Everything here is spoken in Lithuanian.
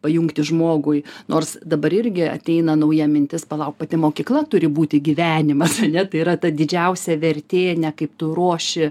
pajungti žmogui nors dabar irgi ateina nauja mintis palauk pati mokykla turi būti gyvenimas ane tai yra ta didžiausia vertė ne kaip tu ruoši